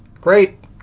great